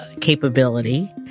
capability